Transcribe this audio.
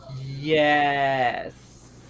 Yes